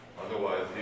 otherwise